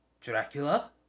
Dracula